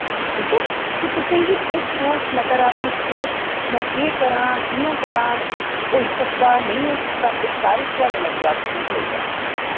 ठीक ऐ कि तुसें गी एह् सोच नकारात्मक सोच में केह् करा कि'यां करा होई सकदा नेईं होई सकदा एह् सारे सोआलें दा जवाब तुसें ई थ्होई जाग